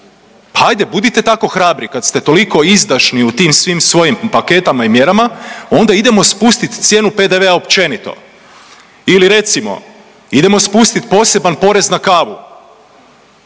Hajde budite tako hrabri kad ste toliko izdašni u tim svim svojim paketama i mjerama onda idemo spustit cijenu PDV-a općenito. Ili recimo idemo spustiti poseban porez na kavu.